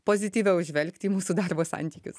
pozityviau žvelgti į mūsų darbo santykius